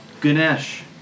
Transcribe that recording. Ganesh